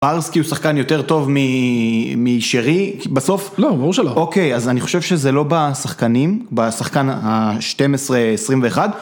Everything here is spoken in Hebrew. ברסקי הוא שחקן יותר טוב משרי? בסוף? לא, ברור שלא. אוקיי, אז אני חושב שזה לא בשחקנים, בשחקן ה-12-21.